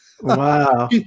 Wow